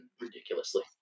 ridiculously